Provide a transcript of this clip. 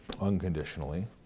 unconditionally